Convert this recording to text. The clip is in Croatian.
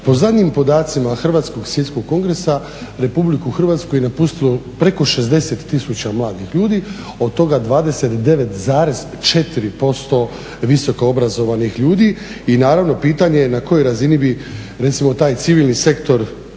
PO zadnjim podacima Hrvatskog svjetskog kongresa RH je napustilo preko 60 tisuća mladih ljudi, od toga 29,4% visokoobrazovanih ljudi i naravno pitanje je na kojoj razini bi recimo taj civilni sektor